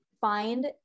find